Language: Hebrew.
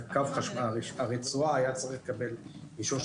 הנושא שנדון בו היום הוא הקמת קו חשמל ללא תיאום תוך